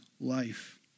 life